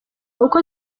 uko